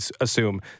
assume